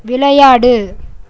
விளையாடு